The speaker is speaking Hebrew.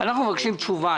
אנחנו מבקשים תשובה.